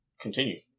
continue